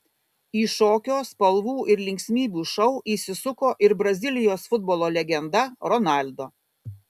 į šokio spalvų ir linksmybių šou įsisuko ir brazilijos futbolo legenda ronaldo